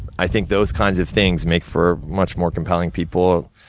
i think those kinds of things make for much more compelling people,